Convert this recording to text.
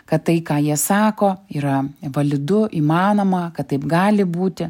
kad tai ką jie sako yra validu įmanoma kad taip gali būti